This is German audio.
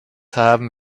haben